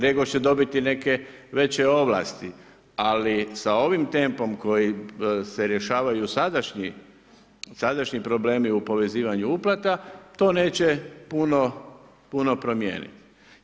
REGOS će dobiti neke veće ovlasti, ali sa ovim tempom kojim se rješavaju sadašnji problemi u povezivanju uplata, to neće puno promijeniti.